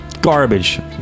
garbage